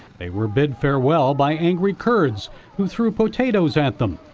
they were bid farewell by angry kurds who threw potatoes at them.